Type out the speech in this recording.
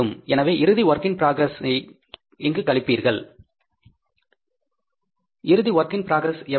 எனவே இறுதி work in progress ஐ இங்கு கழிப்பீர்கள் இறுதி வொர்க் இன் ப்ராக்ரஸ் எவ்வளவு